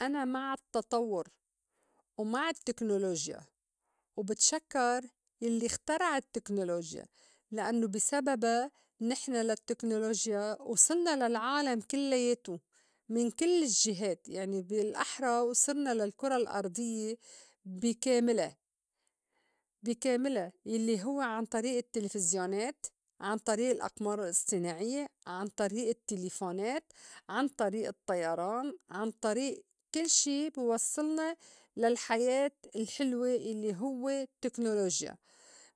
أنا مع التطوّر ومع التكنولوجيا وبتشكّر يلّي اخترع التكنولوجيا لإنّو بي سببا نحن للتكنولوجيا وصلنا للعالم كلّياتو من كل الجّهات يعني بالأحرى وصلنا للكرة الأرضيّة بي كاملا بي كاملا يلّي هوّ عن طريئ التلفزيونات، عن طريئ الأقمار الأصطناعيّة، عن طريئ التّلفونات، عن طريئ الطّيران، عن طريئ كل شي بيوصّلنا للحياة الحلوة يلّي هوّ التكنولوجيا،